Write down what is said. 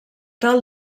tal